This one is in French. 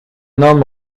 homme